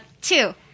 Two